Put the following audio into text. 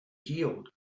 healed